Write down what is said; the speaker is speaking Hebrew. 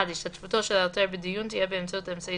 (1)השתתפותו של העותר בדיון תהיה באמצעות אמצעי